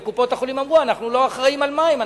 וקופות-החולים אמרו: אנחנו לא אחראים למים,